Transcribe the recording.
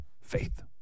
Faith